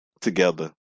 together